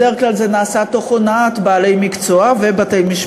בדרך כלל זה נעשה תוך הונאת בעלי מקצוע ובתי-משפט,